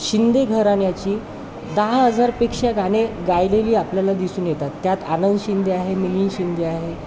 शिंदे घराण्याची दहा हजारपेक्षा गाणे गायलेली आपल्याला दिसून येतात त्यात आनंद शिंदे आहे मिलींद शिंदे आहे